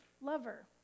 lover